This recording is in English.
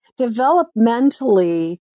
developmentally